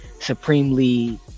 supremely